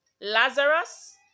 lazarus